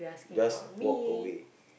just walk away